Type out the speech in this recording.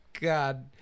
God